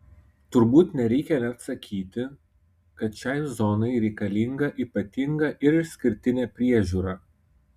turbūt nereikia net sakyti kad šiai zonai reikalinga ypatinga ir išskirtinė priežiūra